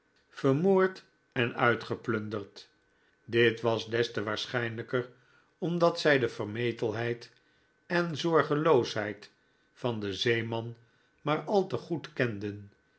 vermoord enuitgeplunderd dit was des te waarschijnlijker omdat zij de vermetelheid en zorgeloosheid van den zeeman maar al te goed kenden